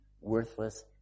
worthless